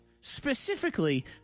Specifically